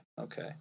Okay